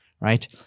Right